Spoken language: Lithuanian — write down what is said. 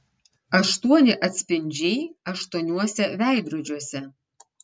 aštuoni atspindžiai aštuoniuose veidrodžiuose